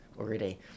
already